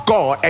God